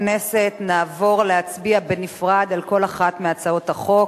נעבור להצביע בנפרד על כל אחת מהצעות החוק.